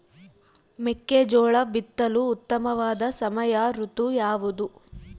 ಮೆಕ್ಕೆಜೋಳ ಬಿತ್ತಲು ಉತ್ತಮವಾದ ಸಮಯ ಋತು ಯಾವುದು?